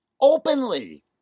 openly